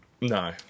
No